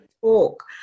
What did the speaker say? talk